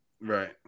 Right